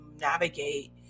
navigate